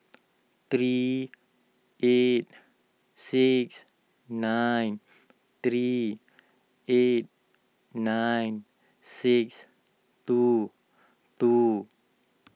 three eight six nine three eight nine six two two